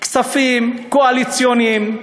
כספים קואליציוניים,